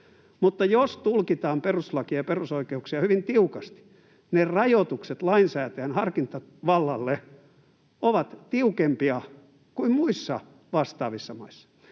Mutta jos tulkitaan perustuslakia ja perusoikeuksia hyvin tiukasti, ne rajoitukset lainsäätäjän harkintavallalle ovat tiukempia kuin muissa vastaavissa maissa.